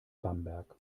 bamberg